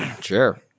Sure